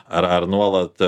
ar ar nuolat